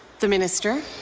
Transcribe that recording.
the minister.